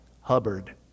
Hubbard